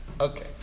Okay